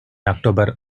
october